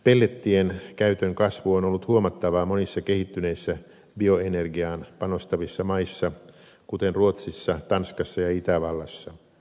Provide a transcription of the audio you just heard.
pellettien käytön kasvu on ollut huomattavaa monissa kehittyneissä bioenergiaan panostavissa maissa kuten ruotsissa tanskassa ja itävallassa